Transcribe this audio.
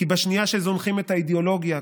כי בשנייה שזונחים את האידיאולוגיה,